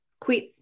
quit